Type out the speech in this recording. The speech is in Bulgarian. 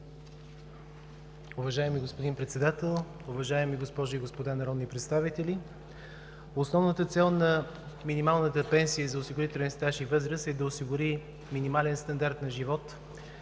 Уважаеми господин Председател, уважаеми госпожи и господа народни представители! Основната цел на минималната пенсия за осигурителен стаж и възраст е да осигури минимален стандарт на живот